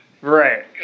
Right